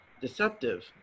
deceptive